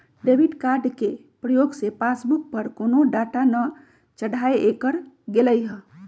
debit card के प्रयोग से पासबुक पर कोनो डाटा न चढ़ाएकर गेलइ ह